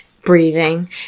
breathing